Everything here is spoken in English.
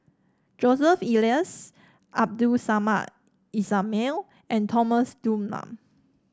Joseph Elias Abdul Samad Ismail and Thomas Dunman